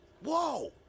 Whoa